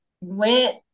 went